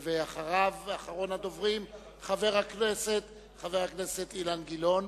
ואחריו, אחרון הדוברים, חבר הכנסת אילן גילאון.